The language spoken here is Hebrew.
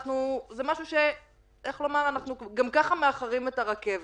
אנחנו גם ככה מאחרים את הרכבת.